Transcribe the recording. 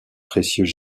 précieux